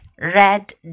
red